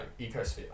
Ecosphere